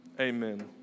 Amen